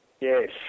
Yes